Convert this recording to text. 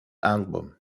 album